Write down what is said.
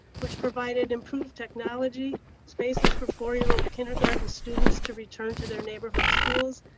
which provided improved technology spaces for four-year-old kindergarten students to return to their neighborhood schools,